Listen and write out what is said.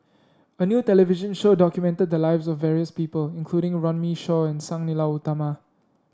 a new television show documented the lives of various people including Runme Shaw and Sang Nila Utama